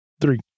Three